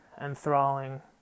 enthralling